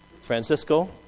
Francisco